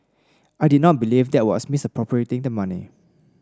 I did not believe there was misappropriating the money